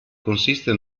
consiste